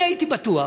אני הייתי בטוח,